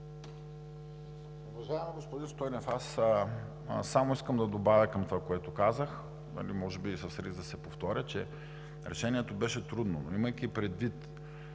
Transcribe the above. Уважаеми господин Стойнев, аз искам само да добавя към това, което казах, може би и с риск да се повторя, че решението беше трудно, но имайки предвид,